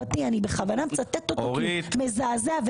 אני בכוונה מצטטת אותו כי הוא מזעזע.